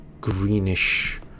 greenish